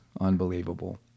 Unbelievable